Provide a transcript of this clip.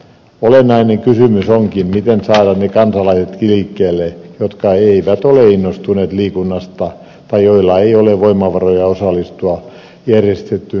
olennainen kysymys onkin miten saada liikkeelle ne kansalaiset jotka eivät ole innostuneet liikunnasta tai joilla ei ole voimavaroja osallistua järjestettyyn liikuntaan